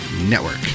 Network